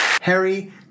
Harry